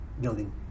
building